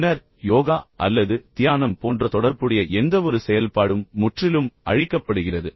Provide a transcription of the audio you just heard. பின்னர் யோகா அல்லது தியானம் போன்ற தொடர்புடைய எந்தவொரு செயல்பாடும் முற்றிலும் அழிக்கப்படுகிறது